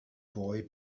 boy